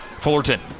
Fullerton